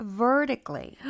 vertically